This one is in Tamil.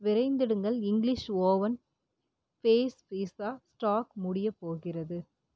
விரைந்திடுங்கள் English oven base pizza stock முடியப் போகிறது